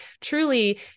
truly